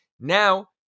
Now